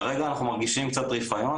כרגע אנחנו מרגישים קצת רפיון,